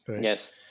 Yes